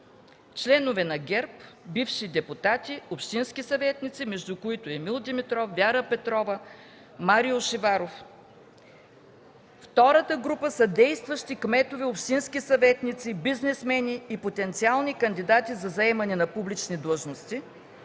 членове на ГЕРБ, бивши депутати, общински съветници, между които Емил Димитров, Вяра Петрова, Марио Шиваров. Втората група са действащи кметове, общински съветници, бизнесмени и потенциални кандидати за заемане на публични длъжностни.